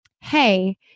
hey